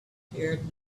appeared